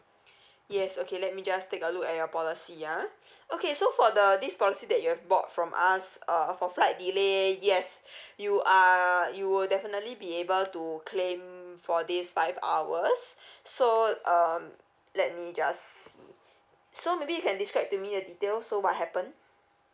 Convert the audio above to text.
yes okay let me just take a look at your policy ya so for the this policy that you have bought from us uh for flight delay yes uh you are you will definitely be able to claim for this five hours so um let me just see so maybe you can describe to me the detail so what happened